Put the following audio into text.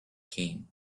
came